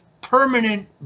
permanent